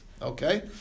Okay